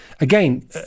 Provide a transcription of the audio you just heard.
Again